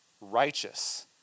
righteous